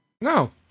No